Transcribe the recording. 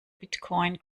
bitcoin